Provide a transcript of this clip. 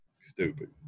Stupid